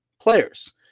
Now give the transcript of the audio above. players